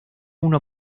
una